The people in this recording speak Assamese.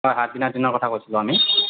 হয় হয় সাত দিনৰ দিনা কথা কৈছিলোঁ আমি